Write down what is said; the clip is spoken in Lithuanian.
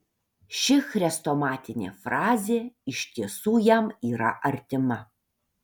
ši chrestomatinė frazė iš tiesų jam yra artima